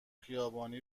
خیابانی